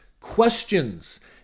questions